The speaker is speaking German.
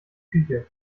küche